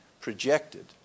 projected